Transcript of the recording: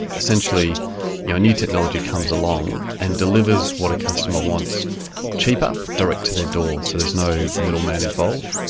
essentially yeah a new technology comes along and delivers what a customer wants cheaper, direct to their door, so there's no middle-man involved.